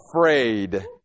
afraid